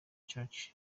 church